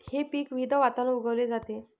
हे पीक विविध वातावरणात उगवली जाते